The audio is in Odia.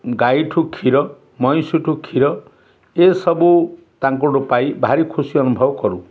ଗାଈ ଠୁ କ୍ଷୀର ମଇଁଷି ଠୁ କ୍ଷୀର ଏସବୁ ତାଙ୍କ ଠୁ ପାଇ ଭାରି ଖୁସି ଅନୁଭବ କରୁ